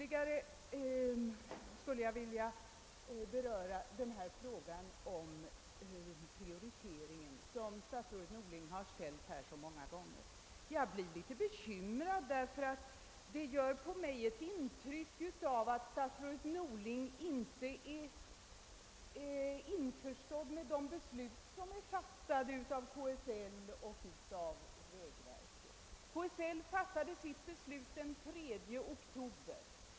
Vidare skulle jag vilja beröra frågan om prioriteringen som statsrådet Norling så många gånger har återkommit till. Detta gör mig litet bekymrad ty det har givit mig ett intryck av att statsrådet Norling inte är införstådd med de beslut som fattats av KSL och av vägverket. KSL fattade sitt beslut den 3 oktober.